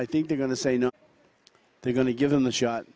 i think they're going to say no they're going to give them the shot